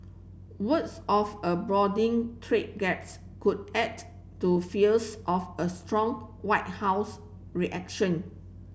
words of a broadening trade gaps could add to fears of a strong White House reaction